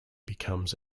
becomes